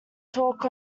talk